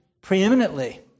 preeminently